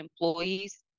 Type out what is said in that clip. employees